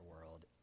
world